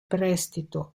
prestito